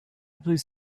please